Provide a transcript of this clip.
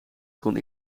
kon